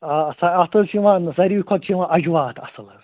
آ اَتھ حظ چھِ یِوان سارِوٕے کھۄتہٕ چھِ یِوان اجوا اَتھ اَصٕل حظ